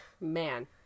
Man